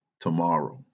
Tomorrow